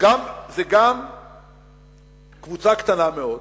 זה גם קבוצה קטנה מאוד,